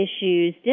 issues